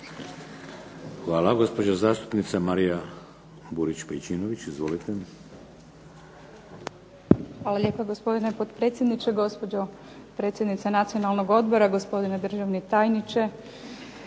Hvala. Gospođa zastupnica Marija Burić Pejčinović, izvolite. **Pejčinović Burić, Marija (HDZ)** Hvala lijepo gospodine potpredsjedniče, gospođo predsjednice Nacionalnog odbora, gospodine državni tajniče,